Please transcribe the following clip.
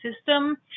system